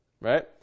Right